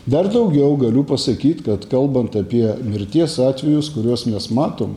dar daugiau galiu pasakyt kad kalbant apie mirties atvejus kuriuos mes matom